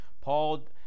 Paul